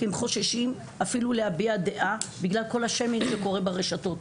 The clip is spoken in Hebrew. כי הם חוששים אפילו להביע דעה בגלל כל השיימינג שקורה ברשתות.